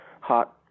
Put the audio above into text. hot